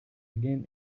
again